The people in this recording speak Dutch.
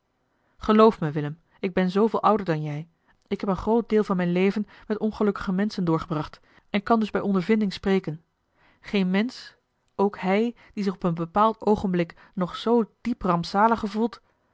geloof me willem ik ben zooveel ouder dan jij ik heb een groot deel van mijn leven met ongelukkige menschen doorgebracht en kan dus bij ondervinding spreken geen mensch ook hij die zich op een bepaald oogenblik nog zoo diep rampzalig gevoelt